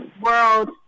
world